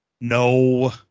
No